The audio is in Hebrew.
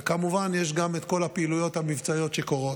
וכמובן יש גם את כל הפעילויות המבצעיות שקורות.